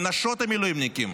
לנשות המילואימניקים,